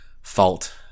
fault